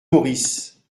maurice